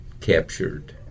captured